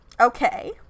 okay